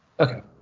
okay